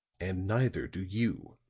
and neither do you.